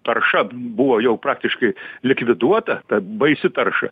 tarša buvo jau praktiškai likviduota ta baisi tarša